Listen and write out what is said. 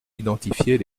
identifier